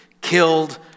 killed